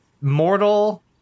Mortal